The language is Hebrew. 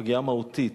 פגיעה מהותית,